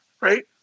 right